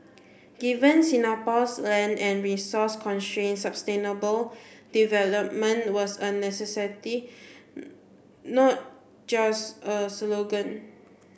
given Singapore's land and resource constraints sustainable development was a necessity not just a slogan